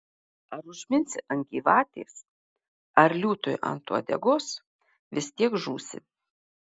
ar užminsi ant gyvatės ar liūtui ant uodegos vis tiek žūsi